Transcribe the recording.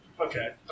Okay